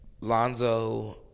Lonzo